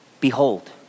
Behold